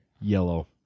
Yellow